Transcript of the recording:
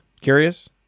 curious